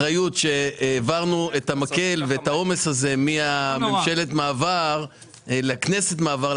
אחריות שהעברנו את המקל ואת העומס הזה מממשלת המעבר לכנסת מעבר,